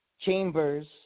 chambers